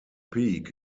peak